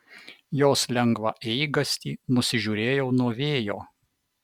jos lengvą eigastį nusižiūrėjau nuo vėjo